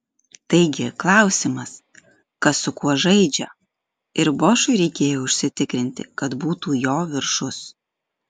taigi klausimas kas su kuo žaidžia ir bošui reikėjo užsitikrinti kad būtų jo viršus